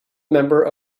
member